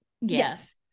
yes